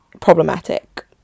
Problematic